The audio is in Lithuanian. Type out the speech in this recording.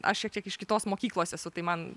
aš šiek tiek iš kitos mokyklos esu tai man